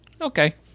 okay